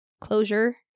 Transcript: closure